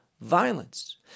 violence